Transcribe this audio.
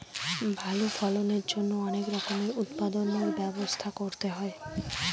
ভালো ফলনের জন্যে অনেক রকমের উৎপাদনর ব্যবস্থা করতে হয়